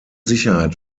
sicherheit